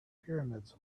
pyramids